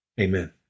Amen